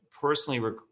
personally